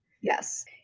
Yes